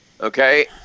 okay